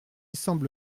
semble